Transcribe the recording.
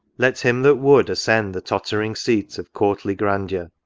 let him that would, ascend the tottering seat of courtly grandeur,